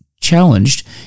challenged